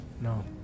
No